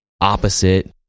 opposite